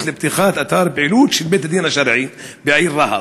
לפתוח אתר פעילות של בית-הדין השרעי בעיר רהט.